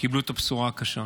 קיבלו את הבשורה הקשה.